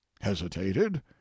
hesitated